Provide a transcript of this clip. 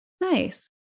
Nice